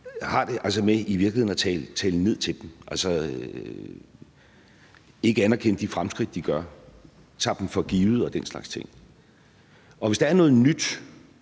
har det med at tale ned til dem, ikke anerkende de fremskridt, de gør, og tage dem for givet og den slags ting. Og hvis der er noget nyt,